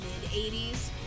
mid-80s